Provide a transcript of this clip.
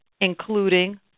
including